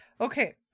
Okay